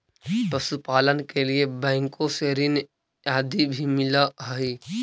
पशुपालन के लिए बैंकों से ऋण आदि भी मिलअ हई